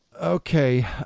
Okay